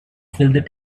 filled